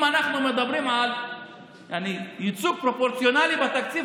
אם אנחנו מדברים על ייצוג פרופורציונלי בתקציב,